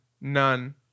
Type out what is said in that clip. none